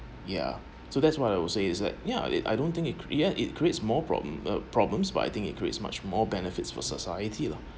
ya so that's what I would say is like ya they I don't think it ya it creates more problem uh problems but I think it creates much more benefits for society